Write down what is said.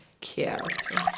Character